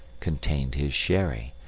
contained his sherry,